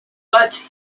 but